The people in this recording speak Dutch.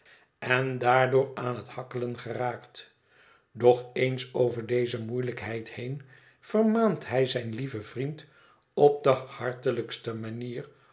en daardoor aan het hakkelen geraakt doch eens over deze moeielijkheid heen vermaant hij zijn lieven vriend op de hartelijkste manier